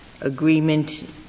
agreement